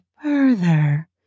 further